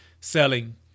selling